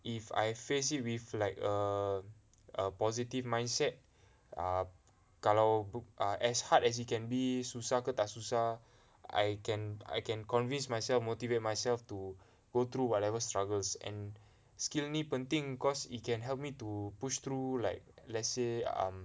if I face it with like a a a positive mindset err kalau err as hard as it can be susah ke tak susah I can I can convince myself motivate myself to go through whatever struggles and skill ni penting cause it can help me to push through like let's say um